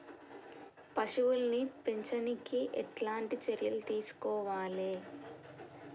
పశువుల్ని పెంచనీకి ఎట్లాంటి చర్యలు తీసుకోవాలే?